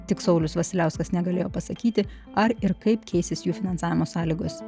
tik saulius vasiliauskas negalėjo pasakyti ar ir kaip keisis jų finansavimo sąlygos